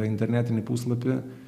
internetinį puslapį